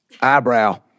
eyebrow